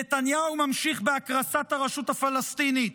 נתניהו ממשיך בהקרסת הרשות הפלסטינית,